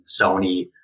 Sony